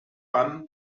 pam